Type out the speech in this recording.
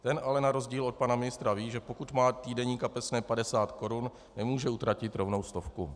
Ten ale na rozdíl od pana ministra ví, že pokud má týdenní kapesné 50 korun, nemůže utratit rovnou stovku.